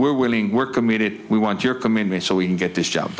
we're willing were committed we want your commitment so we can get this job